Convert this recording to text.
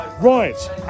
Right